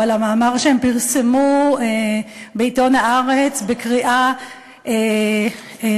או על המאמר שהם פרסמו בעיתון "הארץ" בקריאה שלא